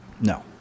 no